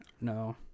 no